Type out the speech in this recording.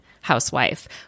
housewife